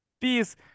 peace